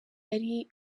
yari